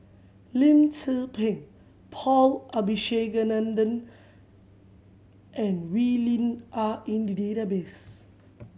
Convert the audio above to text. Lim Tze Peng Paul Abisheganaden and Wee Lin are in the database